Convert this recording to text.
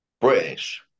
british